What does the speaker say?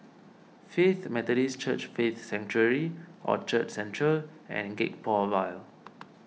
Faith Methodist Church Faith Sanctuary Orchard Central and Gek Poh Ville